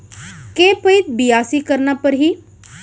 के पइत बियासी करना परहि?